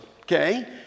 Okay